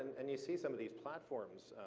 and you see some of these platforms.